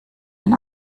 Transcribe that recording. ein